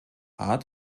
art